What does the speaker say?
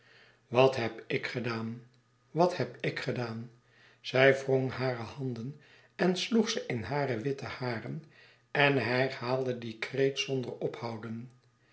wat heb ik gedaan wat heb ik gedaan zij wrong hare handen en sloeg ze in hare witte haren en herhaalde dien kreet zonder ophouden